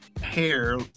hair